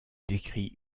décrit